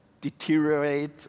deteriorate